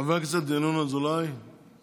הרי בתוך תחומי הקו הירוק ישראל היא מהמובילות